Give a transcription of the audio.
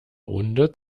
runde